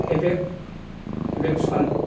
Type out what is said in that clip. eviction